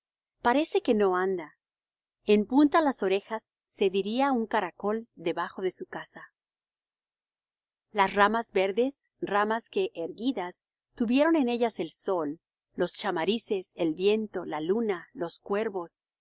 parece que no anda en punta las orejas se diría un caracol debajo de su casa las ramas verdes ramas que erguidas tuvieron en ellas el sol los chamarices el viento la luna los cuervos